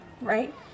right